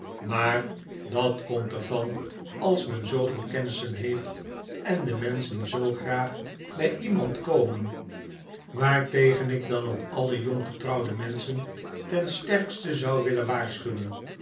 maar dat komt er van als men zooveel kennissen heeft en de menschen zoo graag bij iemand komen waartegen ik dan ook alle jonggetrouwde menschen ten sterkste zou willen waarschuwen